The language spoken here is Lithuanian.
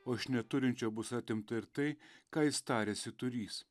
o iš neturinčio bus atimta ir tai ką jis tariasi turintis